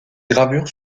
gravure